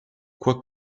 quoi